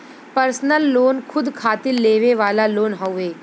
personal loan खुद खातिर लेवे वाला लोन हउवे